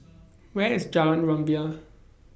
Where IS Jalan Rumbia